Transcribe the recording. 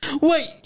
wait